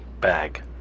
bag